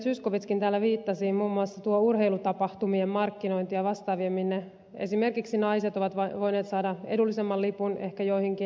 zyskowiczkin täällä viittasi muun muassa urheilutapahtumien ja vastaavien markkinointiin joihin esimerkiksi naiset ovat voineet saada edullisemman lipun ehkä joihinkin miehetkin